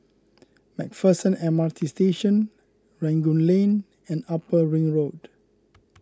MacPherson M R T Station Rangoon Lane and Upper Ring Road